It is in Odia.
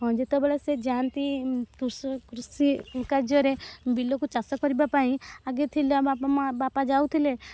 ହଁ ଯେତେବେଳେ ସେ ଯାଆନ୍ତି କୃଷି କାର୍ଯ୍ୟରେ ବିଲକୁ ଚାଷ କରିବା ପାଇଁ ଆଗ ଥିଲା ବାପ ମା ବାପା ଯାଉଥିଲେ